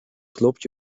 klopt